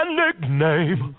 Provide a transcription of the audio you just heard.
nickname